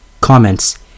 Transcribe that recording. Comments